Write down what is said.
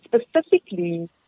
specifically